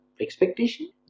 expectation